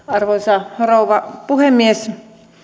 arvoisa rouva puhemies